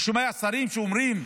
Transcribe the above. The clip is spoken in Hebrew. אני שומע שרים שאומרים: